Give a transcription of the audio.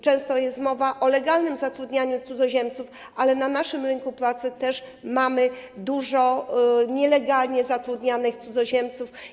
Często jest mowa o legalnym zatrudnianiu cudzoziemców, ale na naszym rynku pracy też mamy dużo nielegalnie zatrudnianych cudzoziemców.